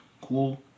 cool